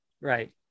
Right